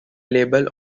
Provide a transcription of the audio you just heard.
label